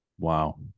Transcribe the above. Wow